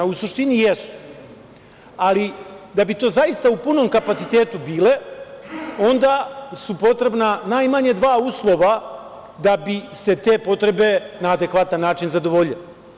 U suštini jesu, ali da bi to zaista u punom kapacitetu bile, onda su potrebna najmanje dva uslova da bi se te potrebe na adekvatan način zadovoljile.